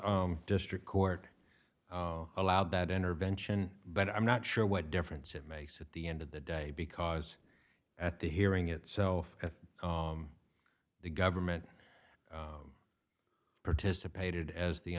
district court allowed that intervention but i'm not sure what difference it makes at the end of the day because at the hearing itself at the government participated as the